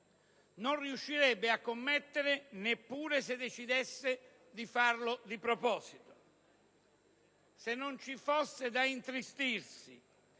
non riuscirebbe a commettere neppure se decidesse di farlo di proposito. Se non ci fosse da intristirsi